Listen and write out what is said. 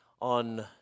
on